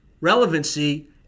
relevancy